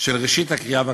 של ראשית הקריאה והכתיבה.